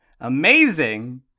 amazing